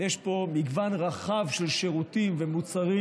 יש פה מגוון רחב של שירותים ומוצרים